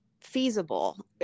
feasible